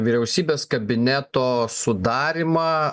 vyriausybės kabineto sudarymą